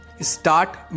Start